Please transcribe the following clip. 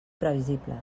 previsibles